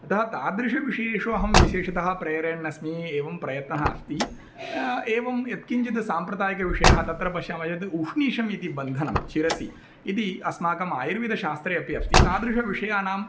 अतः तादृशविषयेषु अहं विशेषतः प्रेरयण्णस्मि एवं प्रयत्नः अस्ति एवं यत्किञ्चित् साम्प्रदायिकविषयः तत्र पश्यामः चेत् उष्णीषमिति बन्धनं शिरसि इति अस्माकम् आयुर्वेदशास्त्रे अपि अस्ति तादृशविषयाणाम्